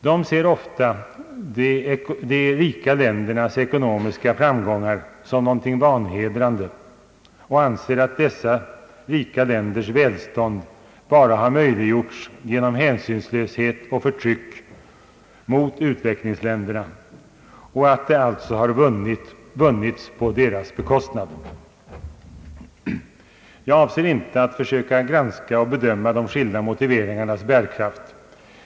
De ser ofta de rika ländernas ekonomiska framgångar som någonting vanhedrande och anser att dessa rika länders välstånd bara har möjliggjorts genom hänsynslöshet och förtryck mot u-länderna och alltså har vunnits på deras bekostnad. Jag avser inte att försöka granska och bedöma de skilda motiveringarnas bärkraft.